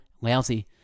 lousy